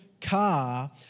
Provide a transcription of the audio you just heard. car